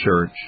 church